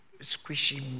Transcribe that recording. squishy